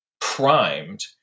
primed